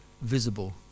visible